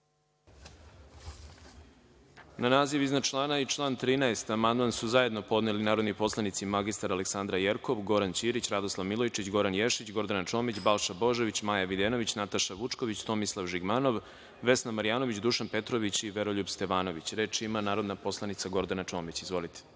Na naziv iznad člana i član 13. amandman su zajedno podneli narodni poslanici mr Aleksandra Jerkov, Goran Ćirić, Radoslav Milojičić, Goran Ješić, Gordana Čomić, Balša Božović, Maja Videnović, Nataša Vučković, Tomislav Žigmanov, Vesna Marjanović, Dušan Petrović i Veroljub Stevanović. Reč ima Gordana Čomić. Izvolite.